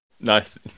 Nice